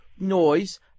Noise